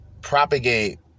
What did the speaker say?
propagate